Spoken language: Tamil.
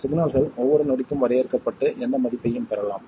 சிக்னல்கள் ஒவ்வொரு நொடிக்கும் வரையறுக்கப்பட்டு எந்த மதிப்பையும் பெறலாம்